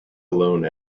alone